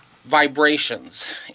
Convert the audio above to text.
vibrations